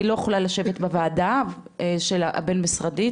אני לא יכולה לשבת בוועדה הבין משרדית,